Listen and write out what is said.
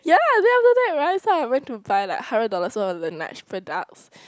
ya lah then after that Ryan saw I went to buy like hundred dollars worth of Laneige products